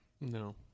no